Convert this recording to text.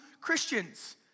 Christians